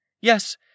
Yes